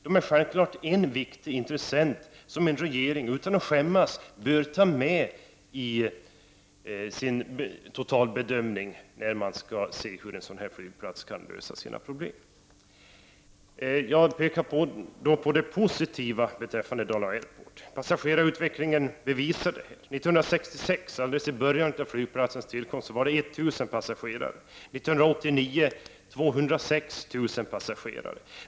Näringslivet är en viktig intressent, vars synpunkter regeringen utan att skämmas bör ta med i sin totalbedömning när man skall se hur en sådan flygplats kan lösa sina problem. Jag vill peka på det positiva när det gäller Dala Airport, nämligen passagerarutvecklingen. Alldeles i början av flygplatsens tillkomst 1966 var det 1000 passagerare. År 1989 var passagerarantalet 206 000.